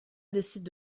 décide